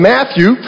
Matthew